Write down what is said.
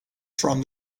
from